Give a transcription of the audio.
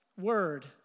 Word